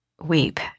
weep